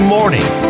Morning